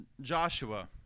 Joshua